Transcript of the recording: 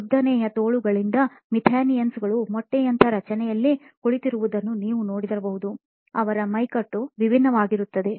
ಉದ್ದನೆಯ ತೋಳುಗಳಿಂದ ಮೆಥಾನಿಯನ್ಸ್ ಗಳು ಮೊಟ್ಟೆಯಂತ ರಚನೆಯಲ್ಲಿ ಕುಳಿತಿರುವುದ್ದನ್ನು ನೀವು ನೋಡಬಹುದು ಅವರ ಮೈಕಟ್ಟು ವಿಭಿನ್ನವಾಗಿರುತ್ತದೆ